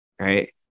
Right